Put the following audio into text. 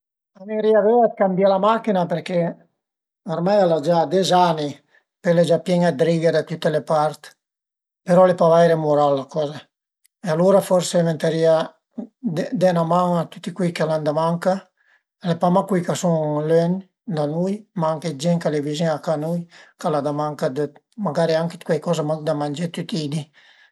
A më vënrìa vöia dë cambié la machin-a perché ormai al a gia des ani, pöi a e gia pien-a dë righe da tüte le part, però al e pa vaire mural la coza e alura forsi ventarìa de 'na man a tüti cuei ch'al an da manca, al e pa mach cui ch'a sun lögn da nui, ma anche gent ch'al e vizin a ca, ch'al a da manca magari anche cuaicoza mach da mangé tüti i di